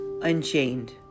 Unchained